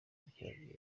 ubukerarugendo